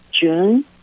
June